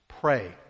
Pray